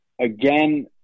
Again